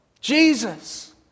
Jesus